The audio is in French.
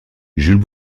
jules